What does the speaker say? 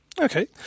Okay